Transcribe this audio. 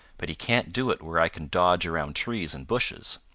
but he can't do it where i can dodge around trees and bushes.